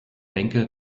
denke